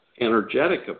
energetic